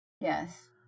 yes